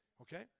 Okay